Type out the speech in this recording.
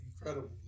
incredible